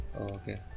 Okay